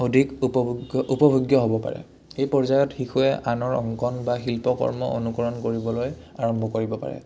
অধিক উপভোগ উপভোগ্য হ'ব পাৰে এই পৰ্যায়ত শিশুৱে আনৰ অংকন বা শিল্পকৰ্ম অনুকৰণ কৰিবলৈ আৰম্ভ কৰিব পাৰে